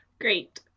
Great